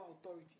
authority